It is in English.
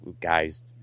guys